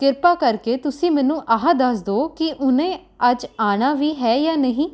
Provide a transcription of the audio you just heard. ਕਿਰਪਾ ਕਰਕੇ ਤੁਸੀਂ ਮੈਨੂੰ ਆਹ ਦੱਸ ਦਿਉ ਕਿ ਉਹਨੇ ਅੱਜ ਆਉਣਾ ਵੀ ਹੈ ਜਾਂ ਨਹੀਂ